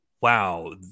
wow